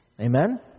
Amen